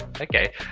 Okay